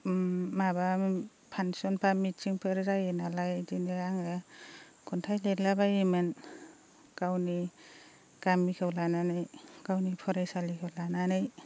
माबा फांसन बा मिटिंफोर जायो नालाय बिदिनो आङो खन्थाइ लिरलाबायोमोन गावनि गामिखौ लानानै गावनि फरायसालिखौ लानानै